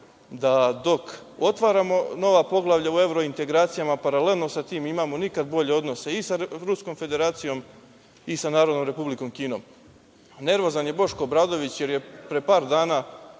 da dok otvaramo nova poglavlja u evrointegracijama paralelno sa tim imamo nikad bolje odnose i sa Ruskom Federacijom i da Narodnom Republikom Kinom. Nervozan je Boško Obradović jer je pre par dana